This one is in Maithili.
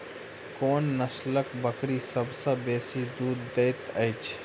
कोन नसलक बकरी सबसँ बेसी दूध देइत अछि?